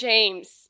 James